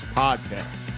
podcast